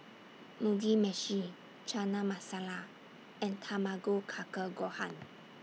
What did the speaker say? Mugi Meshi Chana Masala and Tamago Kake Gohan